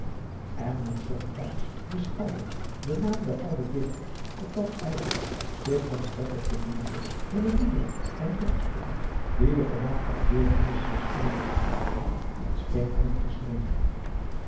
en hoe somtijds de schalden de naam der oude dichters op dat eiland zich van die letters bedienende hunne liederen en dichtstukken die de voornaamste gebeurtenissen des eilands behelsden in steen hadden gesneden